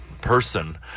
person